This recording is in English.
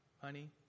honey